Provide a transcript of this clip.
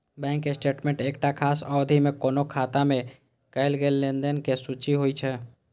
bank statement एकटा खास अवधि मे कोनो खाता मे कैल गेल लेनदेन के सूची होइ छै